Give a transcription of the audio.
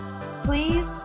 please